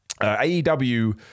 AEW